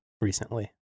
recently